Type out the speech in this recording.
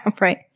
right